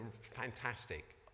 fantastic